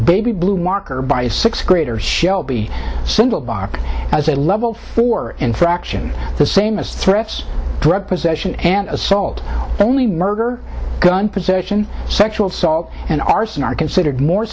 baby blue marker by a sixth grader shelby single bach as a level four infraction the same as threats drug possession and assault only murder gun possession sexual assault and arson are considered more